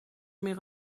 meer